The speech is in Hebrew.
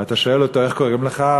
אתה שואל אותו: איך קוראים לך?